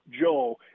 joe